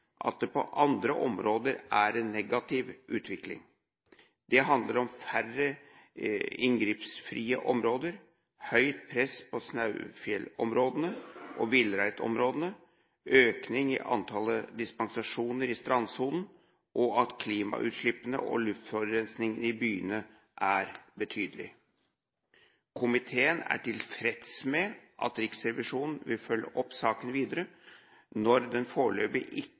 at det på andre områder er en negativ utvikling. Det handler om færre inngrepsfrie områder, høyt press på snaufjellområdene og villreinområdene, økning i antallet dispensasjoner i strandsonen og at klimagassutslippene og luftforurensningen i byene er betydelig. Komiteen er tilfreds med at Riksrevisjonen vil følge opp saken videre, når det foreløpig ikke